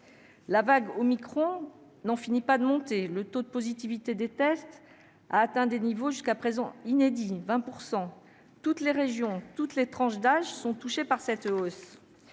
La vague omicron n'en finit pas de monter. Le taux de positivité des tests a atteint un niveau inédit, 20 %. Toutes les régions et toutes les tranches d'âge sont touchées. La pression